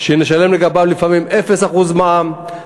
לפעמים נשלם 0% מע"מ,